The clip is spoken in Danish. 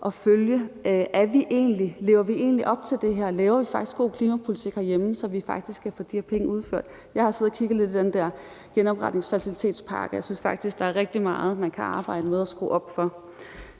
og følge, altså om vi egentlig lever op til det her og vi faktisk laver god klimapolitik herhjemme, så vi kan få de her penge udmøntet. Jeg har siddet og kigget lidt i den genopretningsfacilitetspakke, og jeg synes faktisk, der er rigtig meget, som man kan arbejde med og skrue op for.